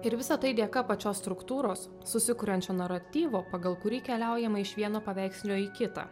ir visa tai dėka pačios struktūros susikuriančio naratyvo pagal kurį keliaujama iš vieno paveiksnio į kitą